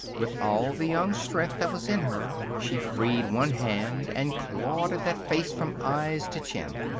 with all the young strength that was in her she freed one hand and clawed at that face from eyes to chin.